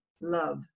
Love